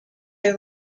are